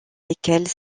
lesquelles